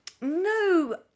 No